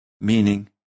meaning